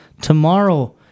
Tomorrow